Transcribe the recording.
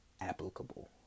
applicable